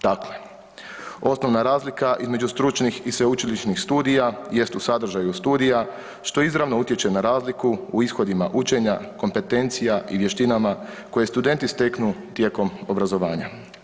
Dakle, osnovna razlika između stručnih i sveučilišnih studija jest u sadržaju studija što izravno utječe na razliku u ishodima učenja, kompetencija i vještinama koje studenti steknu tijekom obrazovanja.